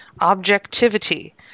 objectivity